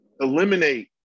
eliminate